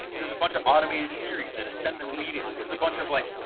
there's a bunch of automated series that ascend immediately. there's a bunch of like,